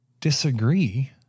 disagree